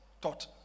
taught